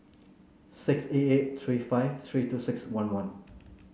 six eight eight three five three two six one one